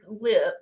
lip